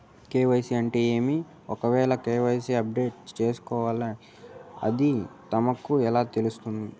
KYC అంటే ఏమి? ఒకవేల కె.వై.సి అప్డేట్ చేయాల్సొస్తే అది మాకు ఎలా తెలుస్తాది?